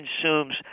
consumes